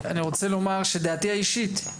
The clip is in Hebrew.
דעתי האישית היא,